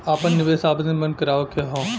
आपन निवेश आवेदन बन्द करावे के हौ?